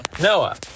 Noah